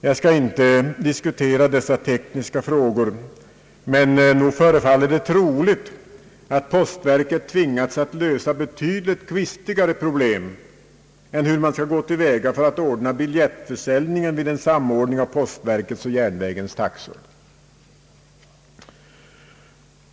Jag skall inte diskutera dessa tekniska frågor men nog förefaller det troligt, att postverket tvingats att lösa betydligt kvistigare problem än hur man skall gå till väga för att ordna biljettförsäljningen vid en samordning av postverkets och järnvägens taxor.